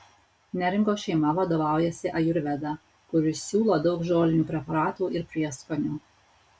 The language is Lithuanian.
neringos šeima vadovaujasi ajurveda kuri siūlo daug žolinių preparatų ir prieskonių